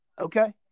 Okay